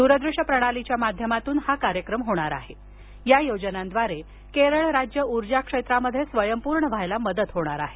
द्रदृष्यप्रणालीच्या माध्यमातून हा कार्यक्रम होणार असून या योजनांद्वारे राज्य ऊर्जाक्षेत्रात स्वयंपूर्ण होण्यास मदत होणार आहे